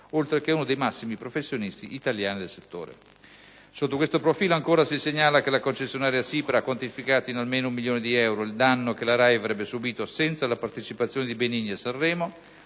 oltre che a uno dei massimi professionisti italiani del settore. Sotto questo profilo, ancora, si segnala che la concessionaria SIPRA ha quantificato in almeno un milione di euro il danno che la RAI avrebbe subito senza la partecipazione di Benigni a Sanremo,